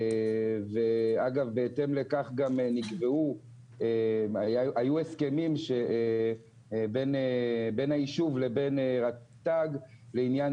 ואגב בהתאם לכך גם היו הסכמים בין היישוב לבין רט"ג לעניין